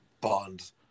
Bond